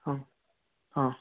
હં હં